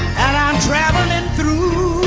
and i'm traveling through.